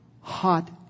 hot